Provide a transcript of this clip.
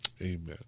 Amen